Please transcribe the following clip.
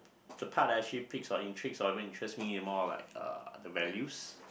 the part that actually pick or intrigue or interest me more of like uh the values